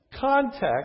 context